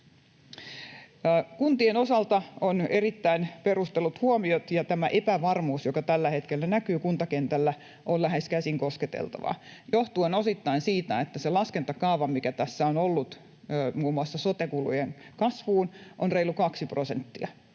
Kuntien osalta on erittäin perustellut huomiot, ja tämä epävarmuus, joka tällä hetkellä näkyy kuntakentällä, on lähes käsin kosketeltavaa johtuen osittain siitä, että se laskentakaava, mikä tässä on ollut muun muassa sote-kulujen kasvuun, on reilu 2 prosenttia.